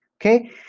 okay